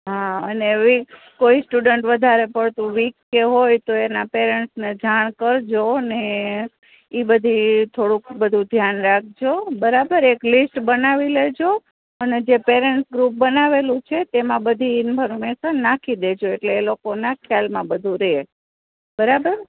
હા અને વીક કોઈ સ્ટુડન્ટ વધારે પડતું વીક કે હોય તો એના પેરેન્ટ્સ ને જાણ કરજો અને ઈ બધી થોડુંક બધુ ધ્યાન રાખજો બરાબર એક લિસ્ટ બનાવી લેજો અને જે પેરેન્ટસ ગ્રુપ બનાવેલું છે તેમાં બધી ઇન્ફોર્મેશન નાખી દેજો એટલે એ લોકોના ખ્યાલમાં બધું રહે બરાબર